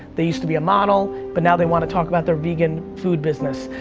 they used to be a model but now they want to talk about their vegan food business.